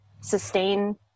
sustain